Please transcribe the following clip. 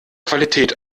qualität